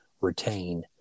retain